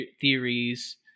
theories